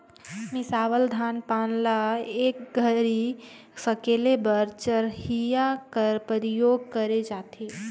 मिसावल धान पान ल एक घरी सकेले बर चरहिया कर परियोग करल जाथे